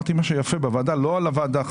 לא אמרתי על הוועדה.